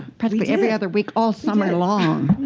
probably every other week, all summer long,